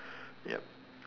ya